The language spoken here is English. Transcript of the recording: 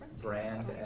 brand